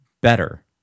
better